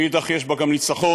מאידך יש בה גם ניצחון,